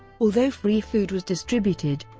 although free food was distributed,